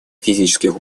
физических